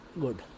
good